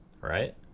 Right